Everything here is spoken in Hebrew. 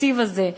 בתקציב הזה,